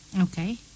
okay